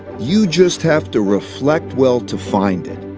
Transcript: you just have to reflect well to find it.